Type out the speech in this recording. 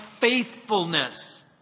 faithfulness